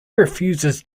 refuses